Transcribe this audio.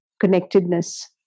connectedness